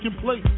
place